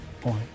point